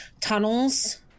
tunnels